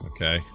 Okay